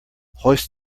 hoist